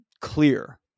clear